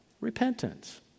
Repentance